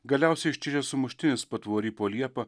galiausiai ištižęs sumuštinis patvory po liepa